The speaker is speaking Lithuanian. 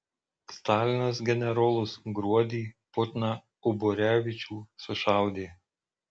stalinas generolus gruodį putną uborevičių sušaudė